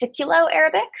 Siculo-Arabic